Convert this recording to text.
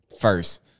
first